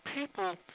people